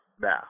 now